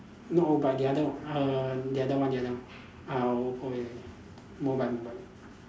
not oBike the other one err the other one the other one uh oh ya Mobike Mobike